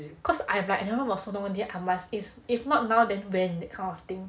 cause I like never run for so long already I must is if not now then when that kind of thing